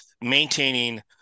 maintaining